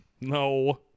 No